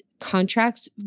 contracts